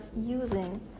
using